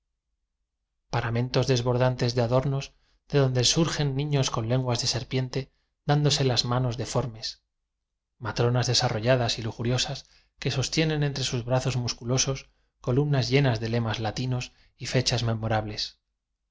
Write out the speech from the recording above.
des bordantes de adornos de donde surgen ni ños con lenguas de serpiente dándose las manos deformes matronas desarrolladas y lujuriosas que sostienen entre sus brazos musculosos columnas llenas de lemas lati nos y fechas memorables